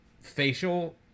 facial